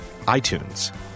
iTunes